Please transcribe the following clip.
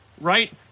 right